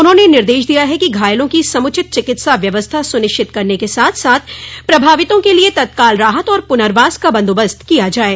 उन्होंने निर्देश दिया है कि घायलों की समुचित चिकित्सा व्यवस्था सनिश्चित करने के साथ साथ प्रभावितों के लिए तत्काल राहत और पुर्नवास का बंदोबस्त किया जाये